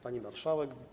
Pani Marszałek!